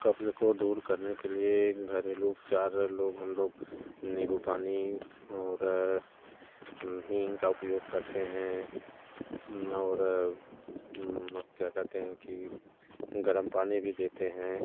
कब्ज़ को दूर करने के लिए घरेलू उपचार लोग हम लोग नीबू पानी और हिंग का उपयोग करते हैं और क्या कहते है कि गरम पानी भी पीते हैं